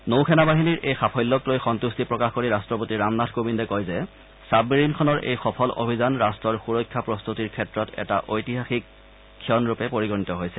নৌ সেনা বাহিনীৰ এই সাফল্যকলৈ সন্তুষ্টি প্ৰকাশ কৰি ৰাষ্ট্ৰপতি ৰামনাথ কোবিন্দে কয় যে ছাবমেৰিণখনৰ এই সফল অভিযান ৰাষ্টৰ সুৰক্ষা প্ৰস্তুতিৰ ক্ষেত্ৰত এটা ঐতিহাসিকখন ৰূপে পৰিগণিত হৈছে